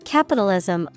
Capitalism